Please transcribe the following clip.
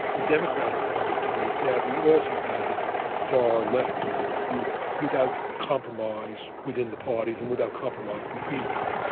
the democratic party today sadly also has its far-left-wing group, without compromise within the parties and without compromise between parties.